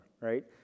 right